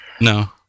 No